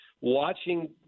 Watching